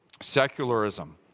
Secularism